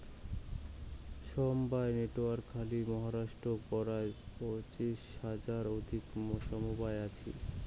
সমবায় নেটওয়ার্ক খালি মহারাষ্ট্রত পরায় পঁচিশ হাজার অধিক সমবায় আছি